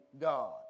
God